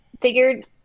Figured